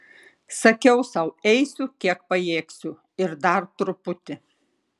sakiau sau eisiu kiek pajėgsiu ir dar truputį